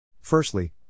Firstly